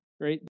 great